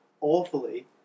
awfully